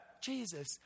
Jesus